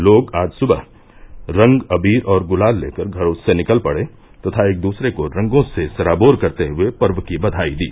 लोग आज सुबह रंग अबीर और गुलाल लेकर घरो से निकल पड़े तथा एक दुसरे को रंगो से सराबोर करते हुए पर्व की बधाई दी